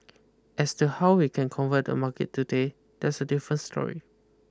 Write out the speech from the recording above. as to how we can convert the market today that's a different story